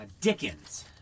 Dickens